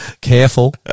Careful